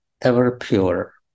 ever-pure